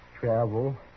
travel